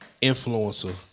influencer